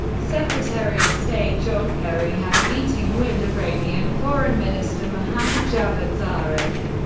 secretary of state john kerry had a meeting with iranian foreign minister mohammad javad zarif,